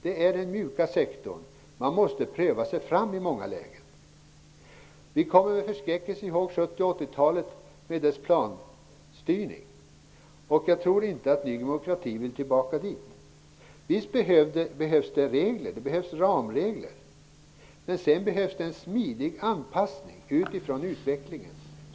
Det är en mjuk sektor, och man måste pröva sig fram i många lägen. Vi minns med förskräckelse 70 och 80-talet med dess planstyrning. Jag tror inte att Ny demokrati vill tillbaka dit. Visst behövs det regler, ramregler, men det behövs också en smidig anpassning i förhållande till utvecklingen.